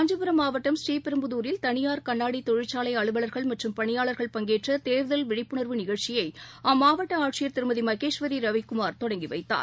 காஞ்சிபுரம் மாவட்டம் ஸ்ரீபெரும்புதூரில் தனியார் கண்ணாடி தொழிற்சாலை அலுவலர்கள் மற்றும் பணியாளர்கள் பங்கேற்ற தேர்தல் விழிப்புணர்வு நிகழ்ச்சியை அம்மாவட்ட ஆட்சியர் திருமதி மகேஸ்வரி ரவிக்குமார் தொடங்கி வைத்தார்